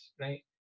right